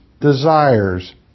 desires